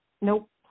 Nope